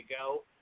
go